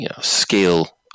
scale